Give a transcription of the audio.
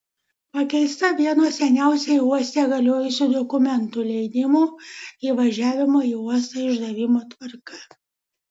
pakeista vieno seniausiai uoste galiojusių dokumentų leidimų įvažiavimo į uostą išdavimo tvarka